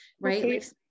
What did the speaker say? right